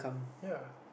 ya